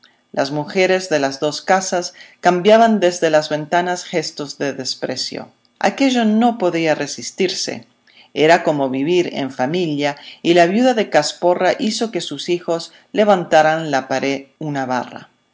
las mujeres de las dos casas cambiaban desde las ventanas gestos de desprecio aquello no podía resistirse era como vivir en familia y la viuda de casporra hizo que sus hijos levantaran la pared una vara